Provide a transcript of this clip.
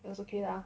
it was okay lah